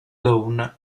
lawn